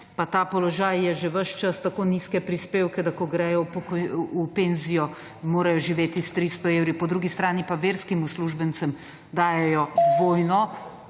ta položaj je že ves čas tako nizke prispevke, da ko grejo v penzijo, morajo živeti s 300 evri, po drugi strani pa verskim uslužbencem dajejo dvojno,